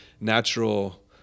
natural